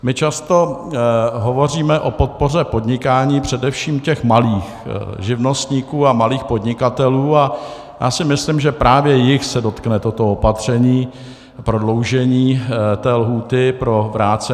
My často hovoříme o podpoře podnikání především těch malých živnostníků a malých podnikatelů a já si myslím, že právě jich se dotkne toto opatření, prodloužení lhůty pro vrácení.